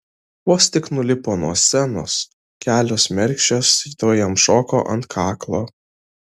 vos tik nulipo nuo scenos kelios mergšės tuoj jam šoko ant kaklo